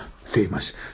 famous